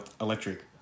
electric